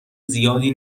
زیادی